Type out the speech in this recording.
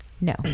no